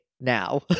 now